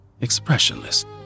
expressionless